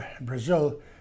Brazil